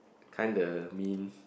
kinda mean